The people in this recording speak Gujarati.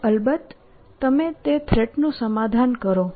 અને અલબત્ત તમે તે થ્રેટ નું સમાધાન કરો